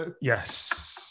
Yes